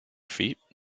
feet